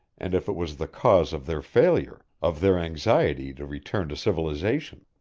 and if it was the cause of their failure, of their anxiety to return to civilization.